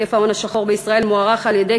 היקף ההון השחור בישראל מוערך על-ידי